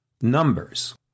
numbers